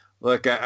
look